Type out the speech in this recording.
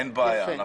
אין בעיה.